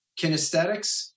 Kinesthetics